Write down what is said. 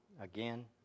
again